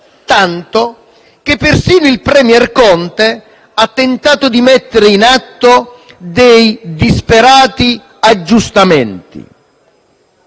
tanto che persino il *premier* Conte ha tentato di mettere in atto dei disperati aggiustamenti.